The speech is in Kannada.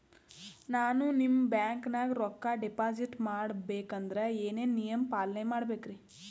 ನಾನು ನಿಮ್ಮ ಬ್ಯಾಂಕನಾಗ ರೊಕ್ಕಾ ಡಿಪಾಜಿಟ್ ಮಾಡ ಬೇಕಂದ್ರ ಏನೇನು ನಿಯಮ ಪಾಲನೇ ಮಾಡ್ಬೇಕ್ರಿ?